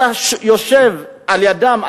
אתה יושב לידם,